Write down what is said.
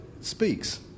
speaks